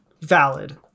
valid